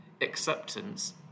acceptance